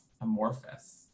amorphous